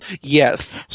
Yes